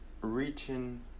reaching